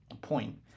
point